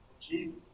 Jesus